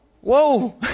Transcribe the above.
whoa